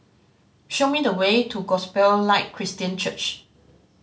show me the way to Gospel Light Christian Church